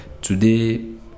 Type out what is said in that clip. Today